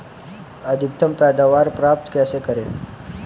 अधिकतम पैदावार प्राप्त कैसे करें?